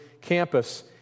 campus